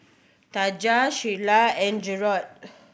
Tanja Sheyla and Jerod